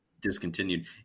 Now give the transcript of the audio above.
discontinued